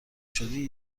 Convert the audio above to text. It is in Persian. شدی